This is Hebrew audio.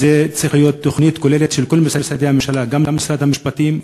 זו צריכה להיות תוכנית כוללת של כל משרדי הממשלה: גם משרד המשפטים,